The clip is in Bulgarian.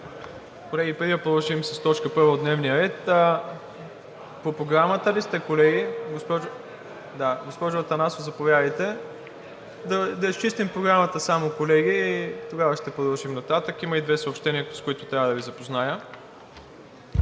Колеги, преди да продължим с точка първа от дневния ред… (Реплики.) По Програмата ли сте, колеги? Госпожо Атанасова, заповядайте. Само да изчистим Програмата, колеги, и тогава ще продължим нататък. Има и две съобщения, с които трябва да Ви запозная.